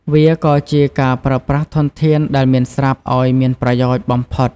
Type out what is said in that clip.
វាក៏ជាការប្រើប្រាស់ធនធានដែលមានស្រាប់ឱ្យមានប្រយោជន៍បំផុត។